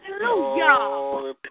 Hallelujah